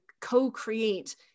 co-create